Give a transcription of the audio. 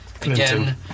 again